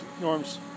Norms